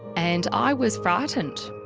and i was frightened.